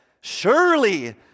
surely